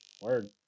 word